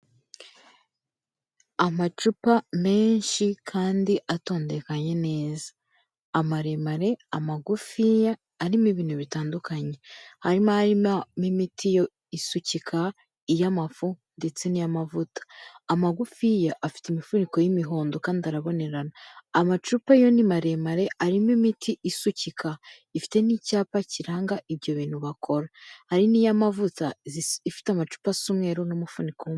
Amacupa menshi kandi atondekanye neza. Amaremare, amagufiya arimo ibintu bitandukanye. Harimo arimo mo imiti yo isukika, iy'amafu ndetse n'iy'amavuta. Amagufiya afite imifuniko y'imihondo kandi arabonerana. Amacupa yo ni maremare arimo imiti isukika. Ifite n'icyapa kiranga ibyo bintu bakora. Hari n'iy'amavuta ifite amacupa asa umweru n'umufuniko umwe.